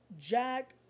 Jack